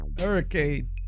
Hurricane